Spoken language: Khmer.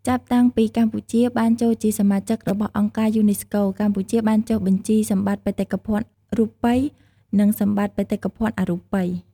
ចាប់តាំងពីកម្ពុជាបានចូលជាសមាជិករបស់អង្គការយូណេស្កូ កម្ពុជាបានចុះបញ្ជីសម្បតិ្តបេតិកភណ្ឌរូបី និងសម្បត្តិបេតិកភណ្ឌអរូបី។